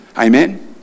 Amen